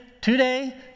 today